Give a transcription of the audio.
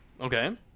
Okay